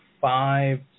five